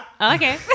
Okay